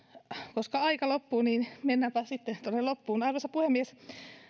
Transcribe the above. koska aika loppuu niin mennäänpä sitten tuonne loppuun arvoisa puhemies